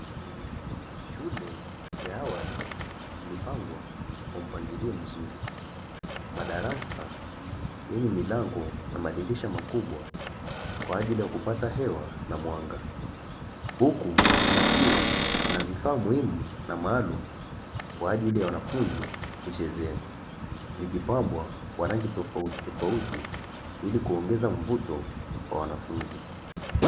Shule ya awali imepangwa kwa mpangilio mzuri, madarasa yenye milango na madirisha makubwa kwa ajili ya kupata hewa na mwanga. Huku pakiwa na vifaa muhimu na maalumu kwa ajili ya wanafunzi kuchezea, vikipakwa rangi tofauti tofauti ili kuongeza mvuto kwa wanafunzi.